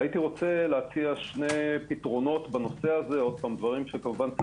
אני מבקש להציע שני פתרונות בנושא - דברים שכמובן יש